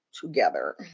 together